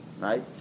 right